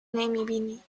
نمیبینی